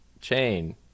chain